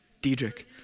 Diedrich